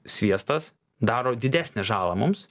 sviestas daro didesnę žalą mums